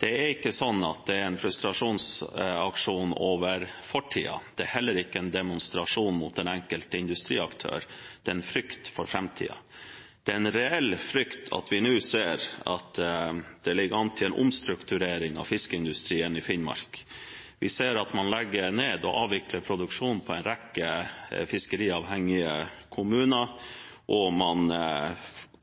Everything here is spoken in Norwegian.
Det er ikke sånn at det er en frustrasjonsaksjon over fortida. Det er heller ikke en demonstrasjon mot den enkelte industriaktør. Det er en frykt for framtida. Det er en reell frykt når vi nå ser at det ligger an til en omstrukturering av fiskeindustrien i Finnmark. Vi ser at man legger ned og avvikler produksjonen i en rekke fiskeriavhengige kommuner, og man